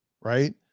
Right